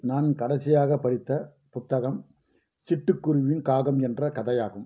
நான் கடைசியாகப் படித்த புத்தகம் சிட்டுக்குருவியும் காகம் என்ற கதையாகும்